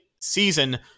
season